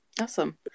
Awesome